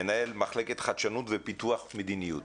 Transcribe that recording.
מנהל מחלקת חדשנות ופיתוח מדיניות.